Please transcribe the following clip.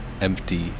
empty